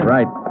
Right